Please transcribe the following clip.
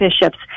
bishops